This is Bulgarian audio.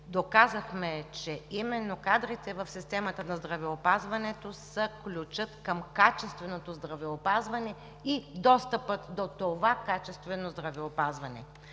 доказахме, че именно кадрите в системата на здравеопазването са ключът към качественото здравеопазване и достъпът до това качествено здравеопазване.